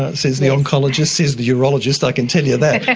ah says the oncologist, says the urologist, i can tell you that!